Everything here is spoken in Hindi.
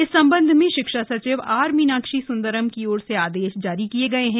इस संबंध में शिक्षा सचिव आर मीनाक्षी सुंदरम की ओर से आदेश जारी किये गए हैं